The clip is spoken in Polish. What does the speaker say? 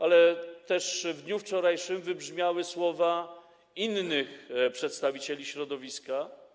Ale też w dniu wczorajszym wybrzmiały słowa innych przedstawicieli środowiska.